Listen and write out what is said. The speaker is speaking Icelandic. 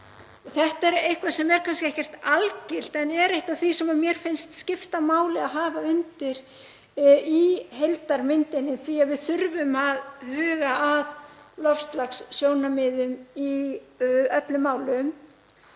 Þetta er eitthvað sem er kannski ekkert algilt en eitt af því sem mér finnst skipta máli að hafa undir í heildarmyndinni, af því að við þurfum að huga að loftslagssjónarmiðum í öllum málum.